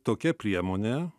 tokia priemonė